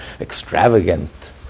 extravagant